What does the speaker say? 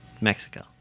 Mexico